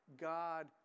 God